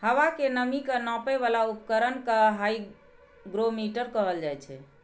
हवा के नमी के नापै बला उपकरण कें हाइग्रोमीटर कहल जाइ छै